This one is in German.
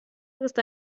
ist